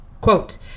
Quote